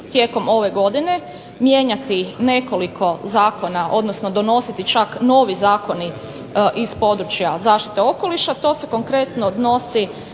tijekom ove godine mijenjati nekoliko zakona odnosno donositi čak novi zakoni iz područja zaštite okoliša. To se konkretno odnosi